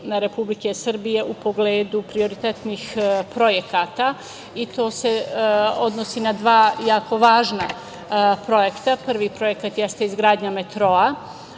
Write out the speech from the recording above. i Republike Srbije u pogledu prioritetnih projekata i to se odnosi na dva jako važna projekta. Prvi projekat jeste izgradnja metroa,